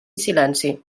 silenci